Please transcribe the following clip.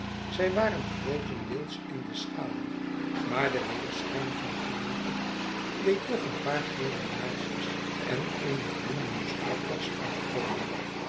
zij waren grootendeels in de schaduw maar de weerschijn van het maanlicht deed toch een paar gele laarsjes en eene glimmende stropdas uitkomen